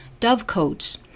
dovecoats